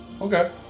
Okay